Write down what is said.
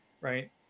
right